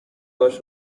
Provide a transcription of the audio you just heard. was